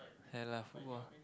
ya lah who ah